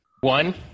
One